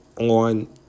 on